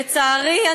לצערי,